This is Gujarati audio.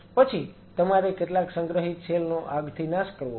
પછી તમારે કેટલાક સંગ્રહિત સેલ નો આગથી નાશ કરવો પડશે